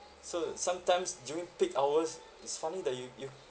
so sometimes during peak hours it's funny that you you